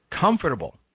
comfortable